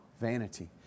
vanity